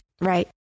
Right